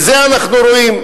ואת זה אנחנו רואים,